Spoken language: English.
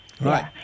Right